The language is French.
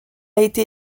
été